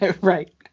Right